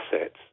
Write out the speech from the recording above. assets